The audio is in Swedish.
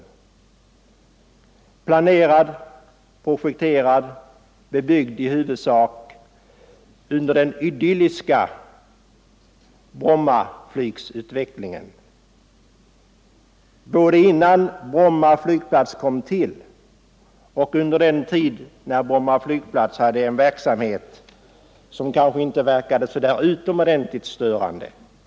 Det planerades, projekterades och bebyggdes i huvudsak under den idylliska flygperioden, både innan Bromma flygplats kom till och under den tid Bromma flygplats hade en trafik som kanske inte verkade så utomordentligt störande.